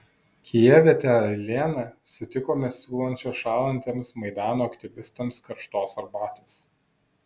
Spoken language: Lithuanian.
kijevietę jeleną sutikome siūlančią šąlantiems maidano aktyvistams karštos arbatos